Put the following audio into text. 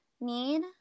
need